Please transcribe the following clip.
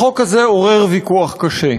החוק הזה עורר ויכוח קשה,